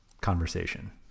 conversation